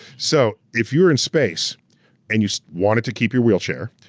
so if you're in space and you wanted to keep your wheelchair,